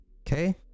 Okay